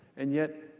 and yet,